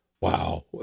wow